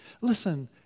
Listen